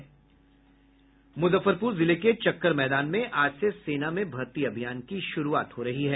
से कार्य कर रहा ह मुजफ्फरपुर जिले के चक्कर मैदान में आज से सेना में भर्ती अभियान की शुरुआत हो रही है